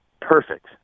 perfect